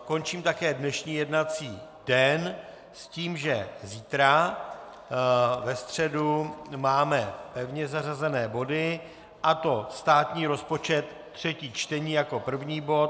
Končím také dnešní jednací den s tím, že zítra, ve středu, máme pevně zařazené body, a to státní rozpočet, třetí čtení, jako první bod.